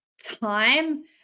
time